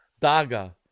Daga